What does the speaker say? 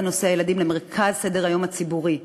נושא הילדים למרכז סדר-היום הציבורי.